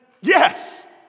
Yes